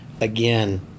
again